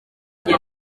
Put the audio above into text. njye